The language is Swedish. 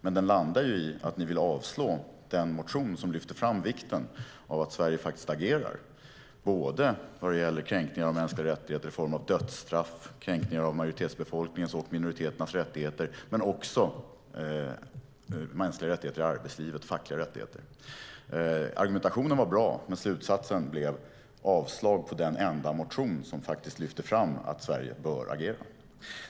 Men den landar ju i att ni vill avslå den motion som lyfter fram vikten av att Sverige faktiskt agerar vad gäller kränkningar av mänskliga rättigheter i form av dödsstraff, kränkningar av majoritetsbefolkningens och minoriteternas rättigheter men också vad gäller mänskliga rättigheter i arbetslivet, fackliga rättigheter. Argumentationen var bra, men slutsatsen blev ett avslag på den enda motion som lyfter fram att Sverige bör agera.